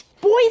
Boys